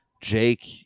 Jake